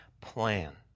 plan